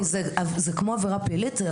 זה כמו עבירה פלילית,